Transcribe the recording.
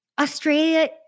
Australia